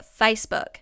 Facebook